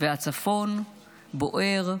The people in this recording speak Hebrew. והצפון בוער,